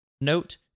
note